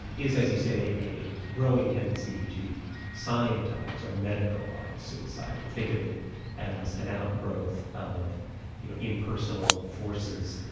is as you say a growing tendency to scientise or medicalise suicide, to think of it as an outgrowth of you know impersonal forces,